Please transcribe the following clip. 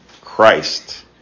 Christ